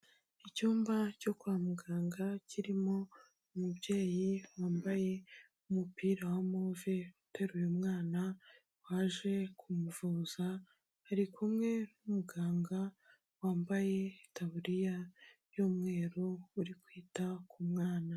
Icyumba cyo kwa muganga kirimo umubyeyi, wambaye umupira wa move, uteruye umwana waje kumuvuza, ari kumwe n'umuganga, wambaye itaburiya y'umweru, uri kwita ku mwana.